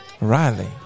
Riley